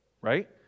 Right